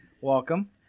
Welcome